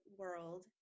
world